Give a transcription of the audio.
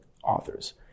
Authors